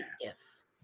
Yes